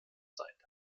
seite